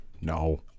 No